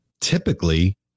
typically